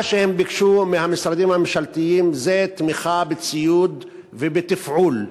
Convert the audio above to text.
מה שהם ביקשו מהמשרדים הממשלתיים זה תמיכה בציוד ובתפעול,